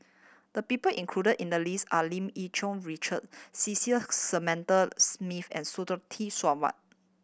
the people included in the list are Lim Yih Cherng Richard Cecil Smith and Sarwan